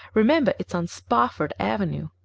remember, it's on spofford avenue.